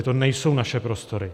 To nejsou naše prostory.